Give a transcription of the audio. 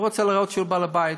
הוא רוצה להראות שהוא בעל הבית,